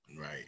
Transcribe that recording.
Right